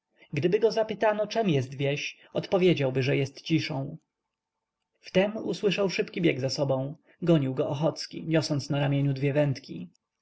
gdyby go zapytano czem jest wieś odpowiedziałby że jest ciszą wtem usłyszał szybki bieg za sobą gonił go ochocki niosąc na ramieniu dwie wędki